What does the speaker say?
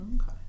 Okay